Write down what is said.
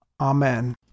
Amen